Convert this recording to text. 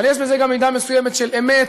אבל יש בזה גם מידה מסוימת של אמת.